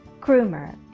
groomer.